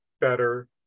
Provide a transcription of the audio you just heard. better